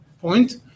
point